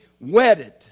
wedded